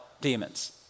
demons